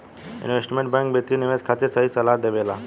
investment bank वित्तीय निवेश खातिर सही सलाह देबेला